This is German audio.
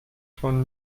von